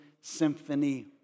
Symphony